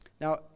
Now